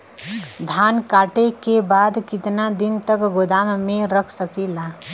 धान कांटेके बाद कितना दिन तक गोदाम में रख सकीला?